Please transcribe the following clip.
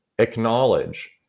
Acknowledge